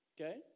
Okay